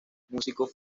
músicos